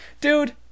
dude